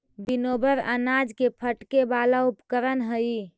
winnower अनाज के फटके वाला उपकरण हई